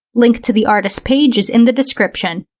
link to the artist's page is in the description.